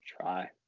try